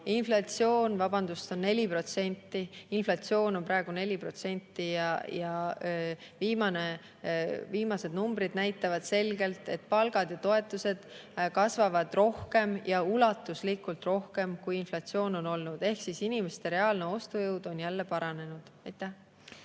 Inflatsioon, vabandust, on 4%. Inflatsioon on praegu 4%. Viimased numbrid näitavad selgelt, et palgad ja toetused kasvavad rohkem ja [palju] rohkem, kui võrrelda inflatsiooniga. Ehk inimeste reaalne ostujõud on jälle paranenud.